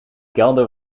kelder